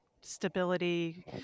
stability